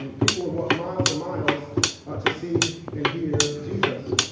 um people would walk miles and miles to see and hear jesus.